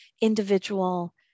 individual